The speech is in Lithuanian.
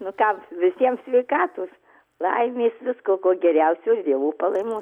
nu kam visiems sveikatos laimės visko ko geriausio ir dievo palaimos